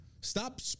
Stop